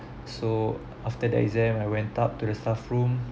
so after the exam I went up to the staff room